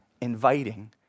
inviting